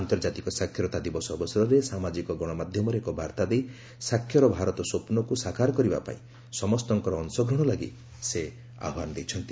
ଆନ୍ତର୍ଜାତିକ ସାକ୍ଷରତା ଦିବସ ଅବସରରେ ସାମାଜିକ ଗଣମାଧ୍ୟମରେ ଏକ ବାର୍ତ୍ତା ଦେଇ ସାକ୍ଷର ଭାରତ ସ୍ୱପୁକ୍ ସାକାର କରିବା ପାଇଁ ସମସ୍ତଙ୍କର ଅଂଶଗ୍ରହଣ ଲାଗି ସେ ଆହ୍ବାନ ଦେଇଛନ୍ତି